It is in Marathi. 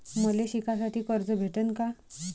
मले शिकासाठी कर्ज भेटन का?